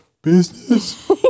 Business